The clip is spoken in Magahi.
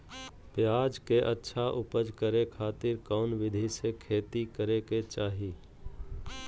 प्याज के अच्छा उपज करे खातिर कौन विधि से खेती करे के चाही?